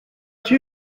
two